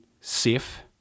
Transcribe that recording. safe